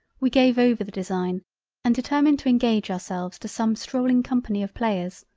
we gave over the design and determined to engage ourselves to some strolling company of players,